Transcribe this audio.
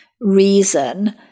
reason